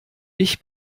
ich